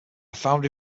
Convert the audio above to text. foundry